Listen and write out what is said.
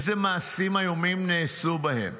אילו מעשים איומים נעשו בהם.